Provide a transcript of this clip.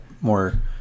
more